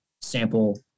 sample